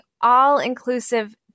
all-inclusive